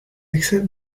accept